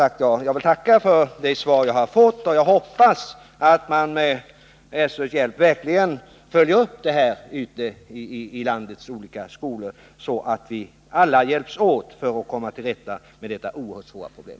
Jag vill som sagt tacka för det svar som jag fått, och jag hoppas att man med SÖ:s hjälp verkligen följer upp förhållandena ute i landets skolor så att alla kan hjälpas åt att komma till rätta med detta oerhört svåra problem.